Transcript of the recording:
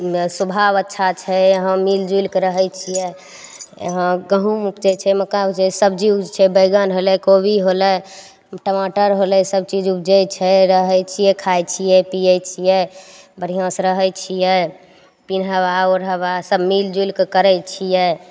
स्वभाव अच्छा छै यहाँ मिल जुलिके रहय छियै यहाँ गहूँम उपजय छै मक्का उपजय छै सब्जी छै बैगन होलय कोबी होलय टमाटर होलय सबचीज उपजय छै रहय छियै खाइ छियै पिये छियै बढ़िआँसँ रहय छियै पिन्हाबा ओढ़ाबा सब मिलि जुलिके करय छियै